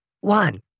one